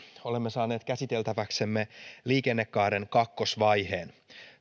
olemme saaneet käsiteltäväksemme liikennekaaren kakkosvaiheen